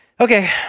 okay